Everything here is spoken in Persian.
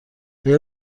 آیا